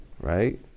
Right